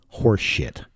horseshit